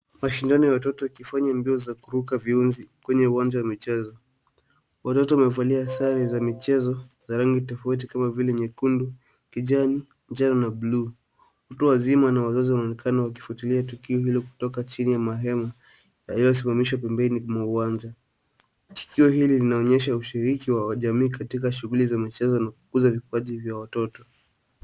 Mashindano ya watoto wakifanya mbio za kuruka viunzi kwenye uwanja wa michezo. Watoto wamevalia sare za michezo za rangi tofauti kama vile nyekundu, kijani, njano na bluu. Watu wazima na wazazi wanaonekena wakifuatilia tukio hilo kutoka chini ya mahema yalio simamishwa pembeni mwa uwanja. Tukio hili linaonyesha ushiriki wa wajami katika shuguli za michezo na kukuza vipaji vya watoto.